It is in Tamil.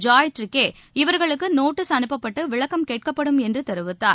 ஜாய் திர்கே இவர்களுக்கு நோட்டிஸ் அனுப்பப்பட்டு விளக்கம் கேட்கப்படும் என்று தெரிவித்தார்